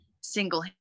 single